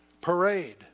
parade